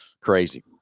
Crazy